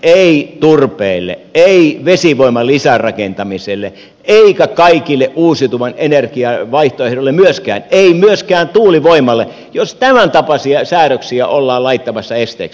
ei ydinvoimalle ei turpeelle ei vesivoiman lisärakentamiselle ei kaikille uusiutuvan energian vaihtoehdoille myöskin ei myöskin tuulivoimalle jos tämäntapaisia säädöksiä ollaan laittamassa esteeksi